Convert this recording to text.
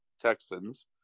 Texans